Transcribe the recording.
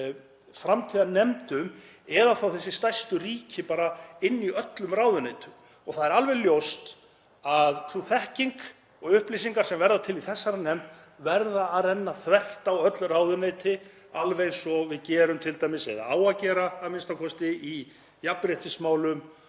framtíðarnefndum eða þá, þessi stærstu ríki, bara inni í öllum ráðuneytum. Það er alveg ljóst að sú þekking og þær upplýsingar sem verða til í þessari nefnd verða að renna þvert á öll ráðuneyti, alveg eins og við gerum t.d., eða eigum að gera a.m.k., í jafnréttismálum